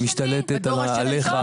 היא משתלטת עליך,